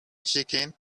chicken